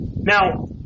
now